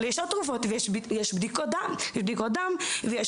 אבל יש עוד תרופות ובדיקות דם ובדיקות אחרות,